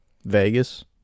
Vegas